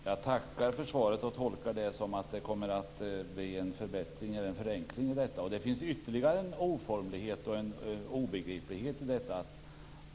Fru talman! Jag tackar för svaret. Jag tolkar det som att det kommer att bli en förenkling. Det finns ytterligare en obegriplighet i detta.